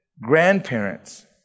grandparents